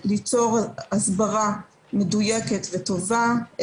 ליצור הסברה מדויקת וטובה,